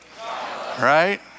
Right